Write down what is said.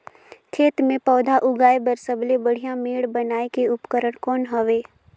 खेत मे पौधा उगाया बर सबले बढ़िया मेड़ बनाय के उपकरण कौन हवे?